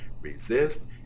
Resist